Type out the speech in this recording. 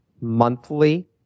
monthly